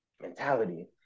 Mentality